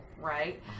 right